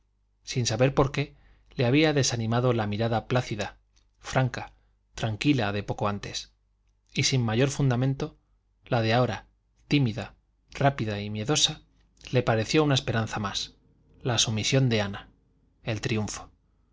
sin saber por qué le había desanimado la mirada plácida franca tranquila de poco antes y sin mayor fundamento la de ahora tímida rápida miedosa le pareció una esperanza más la sumisión de ana el triunfo